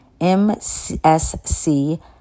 MSC